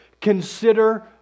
consider